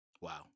wow